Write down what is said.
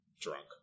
drunk